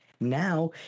Now